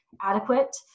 adequate